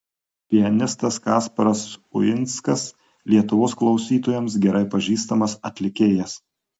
pianistas kasparas uinskas lietuvos klausytojams gerai pažįstamas atlikėjas